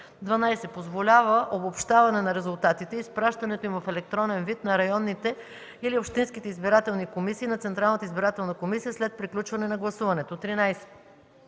12. позволява обобщаване на резултатите и изпращането им в електронен вид на районните или общинските избирателни комисии и на Централната избирателна комисия след приключване на гласуването; 13.